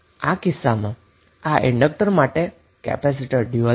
તો આ કિસ્સામાં આ ઇન્ડક્ટર માટે કેપેસિટર ડયુઅલ છે